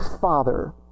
Father